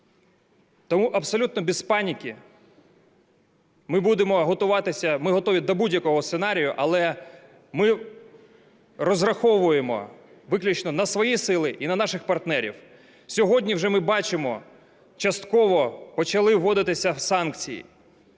ми будемо готуватися, ми готові до будь-якого сценарію, але ми розраховуємо виключно на свої сили і на наших партнерів. Сьогодні вже, ми бачимо, частково почали вводитися санкції.